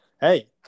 hey